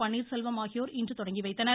பன்னீர்செல்வம் ஆகியோர் இன்று தொடங்கி வைத்தனர்